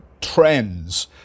trends